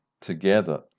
together